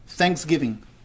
Thanksgiving